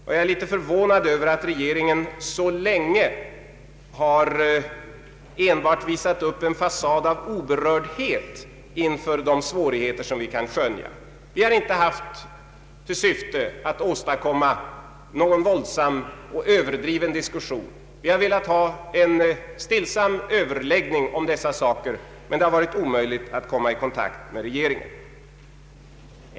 Och jag är litet förvånad över att regeringen så länge enbart visat upp en fasad av oberördhet inför de svårigheter som vi kan skönja. Vi har inte haft till syfte att åstadkomma någon våldsam och överdriven diskussion. Vi har velat ha en stillsam överläggning om dessa saker, men det har varit omöjligt att komma i kontakt med regeringen.